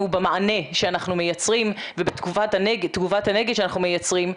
במענה שאנחנו מייצרים ובתגובת הנגד שאנחנו מייצרים.